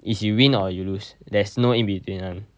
it's you win or you lose there's no in between [one]